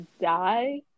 die